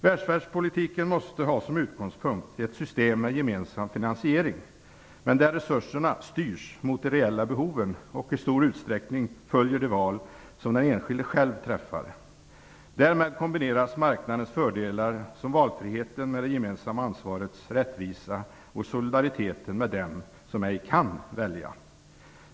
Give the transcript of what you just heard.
Välfärdspolitiken måste ha som utgångspunkt ett system med gemensam finansiering, men där resurserna styrs mot de reella behoven och i stor utsträckning följer de val som den enskilde själv träffar. Därmed kombineras marknadens fördelar, som valfriheten, med det gemensamma ansvarets rättvisa och solidariteten med dem som ej kan välja.